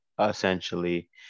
essentially